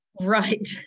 Right